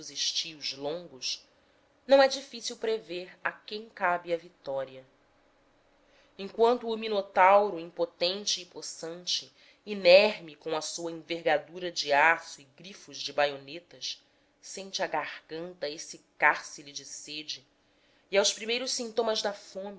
estios longos não é difícil prever a quem cabe a vitória enquanto o minotauro impotente e possante inerme com a sua envergadura de aço e grifos de baionetas sente a garganta exsicar se lhe de sede e aos primeiros sintomas da fome